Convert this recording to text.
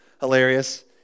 hilarious